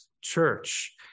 church